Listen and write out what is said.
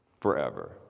forever